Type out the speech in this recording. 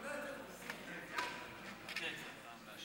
טוב, אדוני